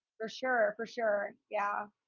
for sure. for sure. yeah.